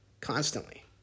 constantly